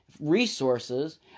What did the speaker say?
resources